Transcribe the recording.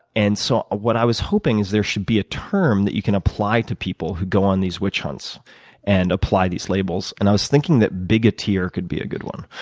and so what i was hoping is there should be a term that you can apply to people who go on these witch hunts and apply these labels. and i was thinking that bigoteer could be a good one.